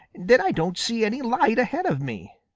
that i don't see any light ahead of me.